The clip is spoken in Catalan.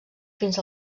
fins